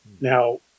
Now